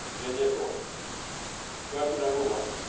in this order question number one